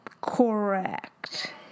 Correct